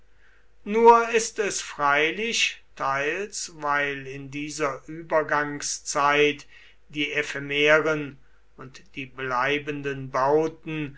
nur ist es freilich teils weil in dieser übergangszeit die ephemeren und die bleibenden bauten